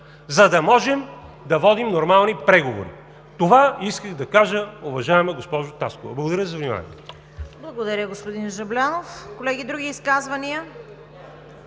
за да можем да водим нормални преговори. Това исках да кажа, уважаема госпожо Таскова. Благодаря за вниманието.